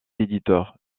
éditeurs